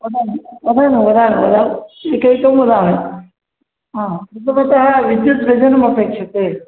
वदामि वदामि वदामि वदामि एकैकं वदामि ह विद्युतः विद्युत्व्यजनमपेक्षते